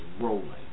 rolling